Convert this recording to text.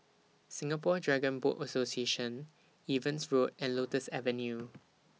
Singapore Dragon Boat Association Evans Road and Lotus Avenue